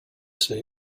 say